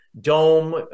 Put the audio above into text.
Dome